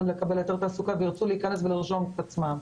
לקבל היתר תעסוקה וירצו להיכנס ולרשום את עצמם.